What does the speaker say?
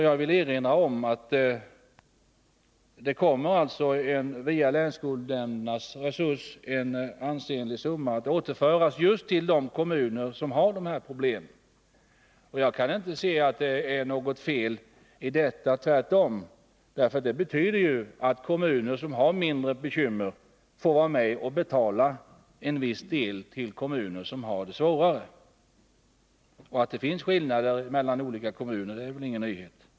Jag vill då erinra om att en ansenlig summa via länsskolnämnderna kommer att återföras just till de kommuner som har särskilda problem. Det betyder att kommuner som har det mindre bekymmersamt får vara med och betala en viss del av utgifterna i kommuner som har det svårare. Att det finns skillnader mellan olika kommuner är väl ingen nyhet!